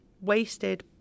wasted